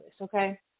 okay